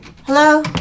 Hello